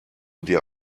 dir